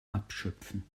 abschöpfen